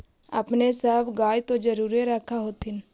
अपने सब गाय तो जरुरे रख होत्थिन?